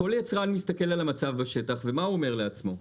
כל יצרן מסתכל על המצב בשטח, ומה הוא אומר לעצמו?